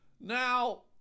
Now